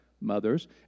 mothers